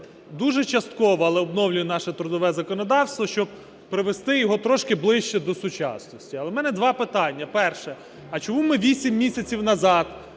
дуже часткового, але обновлює наше трудове законодавство, щоб привести його трошки ближче до сучасності. Але у мене два питання. Перше. А чому ми вісім місяців назад